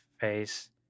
face